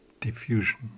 Diffusion